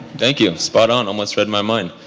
thank you. spot on almost read my mind.